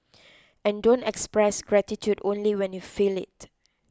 and don't express gratitude only when you feel it